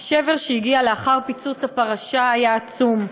השבר שהגיע לאחר פיצוץ הפרשה היה עצום,